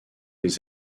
les